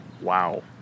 Wow